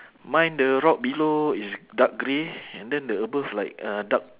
mine the rock below is dark grey and then the above like uh dark